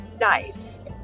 nice